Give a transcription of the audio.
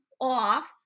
off